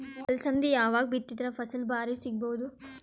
ಅಲಸಂದಿ ಯಾವಾಗ ಬಿತ್ತಿದರ ಫಸಲ ಭಾರಿ ಸಿಗಭೂದು?